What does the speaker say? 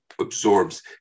absorbs